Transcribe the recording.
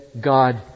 God